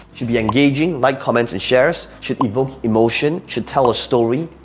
should be engaging, like, comments and shares, should evoke emotion, should tell a story,